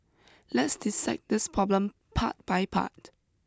let's dissect this problem part by part